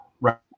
Right